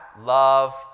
love